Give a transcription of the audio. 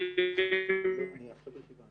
והן ממשיכות להיבנות,